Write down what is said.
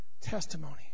testimony